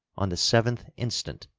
on the seventh instant,